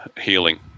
healing